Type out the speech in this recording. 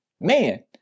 man